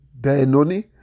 Benoni